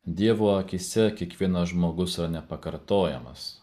dievo akyse kiekvienas žmogus yra nepakartojamas